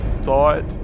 thought